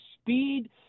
speed